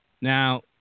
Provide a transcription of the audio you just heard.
Now